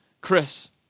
Chris